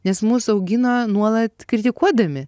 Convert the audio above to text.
nes mus augino nuolat kritikuodami